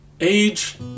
Age